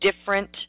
different